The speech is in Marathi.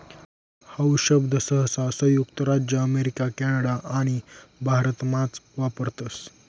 हाऊ शब्द सहसा संयुक्त राज्य अमेरिका कॅनडा आणि भारतमाच वापरतस